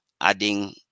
adding